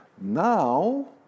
Now